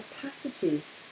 capacities